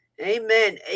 Amen